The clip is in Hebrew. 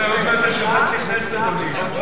בניגוד לקואליציה, בקדימה מכבדים הסכמים.